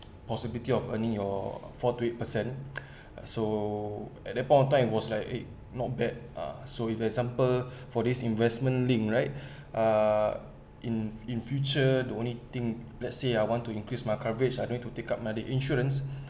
possibility of earning your four to eight percent so at that point of time it was like eh not bad ah so if example for this investment link right ah in in future the only thing let's say I want to increase my coverage I don't need to take up my other insurance